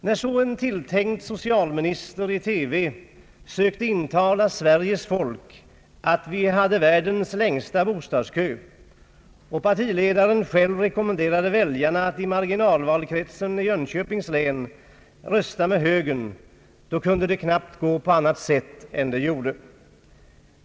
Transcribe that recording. När så en tilltänkt socialminister i TV sökte intala Sveriges folk att vi hade Sveriges längsta bostadskö och partiledaren själv rekommenderade väljarna att i marginalvalkretsen Jönköpings län rösta med högern, så kunde det knappast gå på annat sätt än det gjorde.